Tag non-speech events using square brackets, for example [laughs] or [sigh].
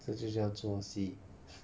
这就是叫做戏 [laughs]